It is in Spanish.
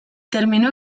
terminó